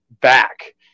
back